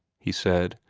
he said.